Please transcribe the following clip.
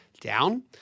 down